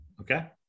Okay